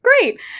Great